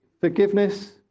forgiveness